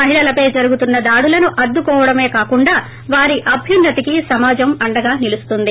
మహిళలపై జర్హగుతున్న దాడులను్అడ్సుకోవడమే కాదు వారి ్అభ్యన్నతికి సమాజం అండగా నిలుస్తుంది